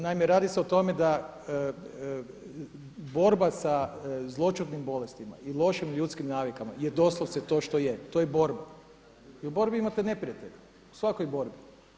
Naime, radi se o tome da borba sa zloćudnim bolestima i lošim ljudskim navikama je doslovce to što je, to je borba i u borbi imate neprijatelje u svakoj borbi.